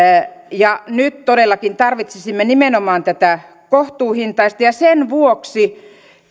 nyt todellakin tarvitsisimme nimenomaan tätä kohtuuhintaista ja sen vuoksi